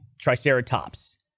Triceratops